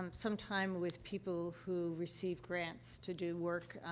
um some time with people who receive grants to do work,